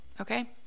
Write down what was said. okay